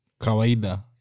Kawaida